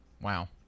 Wow